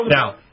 Now